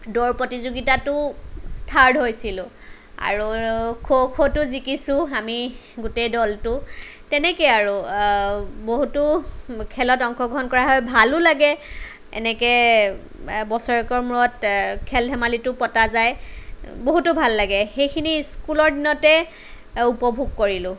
দৌৰ প্ৰতিযোগিতাটো থাৰ্ড হৈছিলোঁ আৰু খ' খ'টো জিকিছোঁ আমি গোটেই দলটো তেনেকেই আৰু বহুতো খেলত অংশগ্ৰহণ কৰা হয় ভালো লাগে এনেকে বছৰেকৰ মূৰত খেল ধেমালিতো পতা যায় বহুতো ভাল লাগে সেইখিনি স্কুলৰ দিনতে উপভোগ কৰিলোঁ